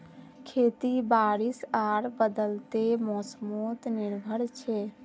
खेती बारिश आर बदलते मोसमोत निर्भर छे